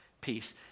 peace